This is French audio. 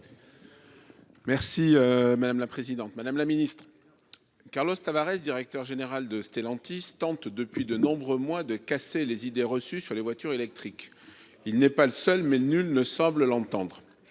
Merci madame la présidente, madame la Ministre. Carlos Tavarès, directeur général de Stellantis tente depuis de nombreux mois de casser les idées reçues sur les voitures électriques. Il n'est pas le seul mais nul ne semble l'entendre